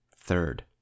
Third